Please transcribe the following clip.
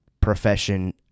profession